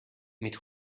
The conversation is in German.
mit